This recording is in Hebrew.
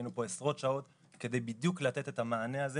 היינו פה עשרות שעות כדי בדיוק לתת את המענה הזה